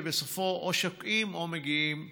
ובסופו או שוקעים או מגיעים לים.